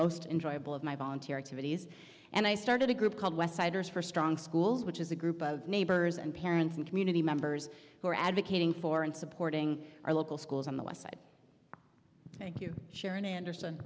most enjoyable of my volunteer activities and i started a group called west side is for strong schools which is a group of neighbors and parents and community members who are advocating for and supporting our local schools on the west side thank you sharon anders